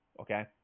Okay